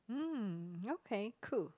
mm okay cool